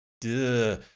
duh